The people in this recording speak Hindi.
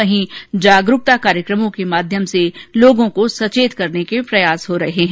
वहीं जागरुकता कार्यक्रमो के माध्यम से लोगों को सचेत करने के प्रयास हो रहे हैं